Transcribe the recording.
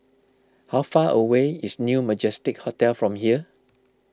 how far away is New Majestic Hotel from here